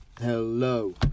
Hello